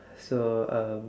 so um